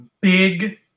big